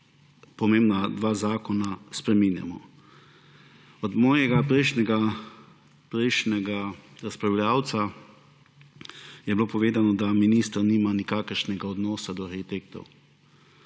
pomembna dva zakona spreminjamo. Od mojega prejšnjega razpravljavca je bilo povedano, da minister nima nikakršnega odnosa do arhitektov.